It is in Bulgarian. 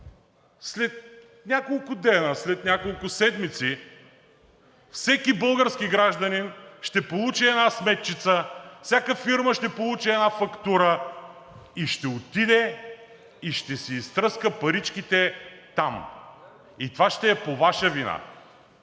след няколко дни, след няколко седмици всеки български гражданин ще получи една сметчица, всяка фирма ще получи една фактура и ще отиде, и ще си изтръска паричките там. И това ще е по Ваша вина.